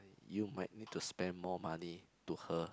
you might need to spend more money to her